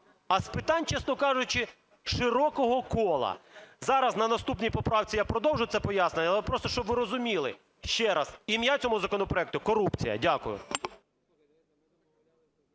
А з питань, чесно кажучи, широкого кола. Зараз на наступній поправці я продовжу це пояснення, але просто щоб ви розуміли, ще раз, ім'я цьому законопроекту – корупція. Дякую.